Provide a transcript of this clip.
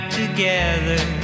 together